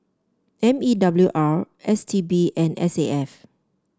M E W R S T B and S A F